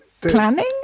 Planning